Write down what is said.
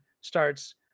starts